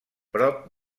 prop